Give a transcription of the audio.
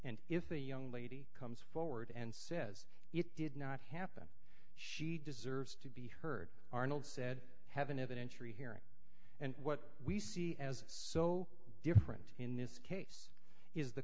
and if a young lady comes forward and says it did not happen she deserves to be heard arnold said have an evidentiary hearing and what we see as so different in this case is the